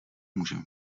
můžeme